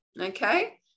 okay